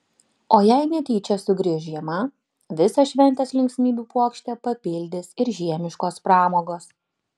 o jei netyčia sugrįš žiema visą šventės linksmybių puokštę papildys ir žiemiškos pramogos